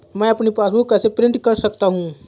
मैं अपनी पासबुक कैसे प्रिंट कर सकता हूँ?